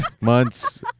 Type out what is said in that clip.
months